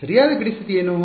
ಸರಿಯಾದ ಗಡಿ ಸ್ಥಿತಿ ಏನು